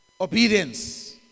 obedience